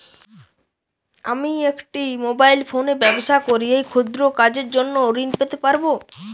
আমি একটি মোবাইল ফোনে ব্যবসা করি এই ক্ষুদ্র কাজের জন্য ঋণ পেতে পারব?